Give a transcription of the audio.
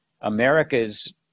America's